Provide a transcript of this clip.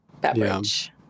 beverage